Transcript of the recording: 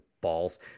balls